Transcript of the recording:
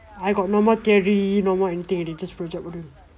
I got no more theory no more anything already just project module